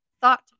thought